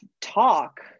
talk